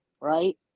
Right